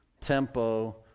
tempo